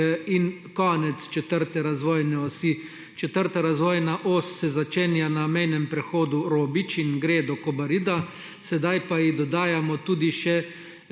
in konec četrte razvojne osi. Četrta razvojna os se začenja na mejnem prehodu Robič in gre do Kobarida, sedaj pa ji dodajamo tudi še